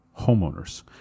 homeowners